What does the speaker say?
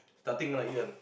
starting right